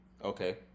Okay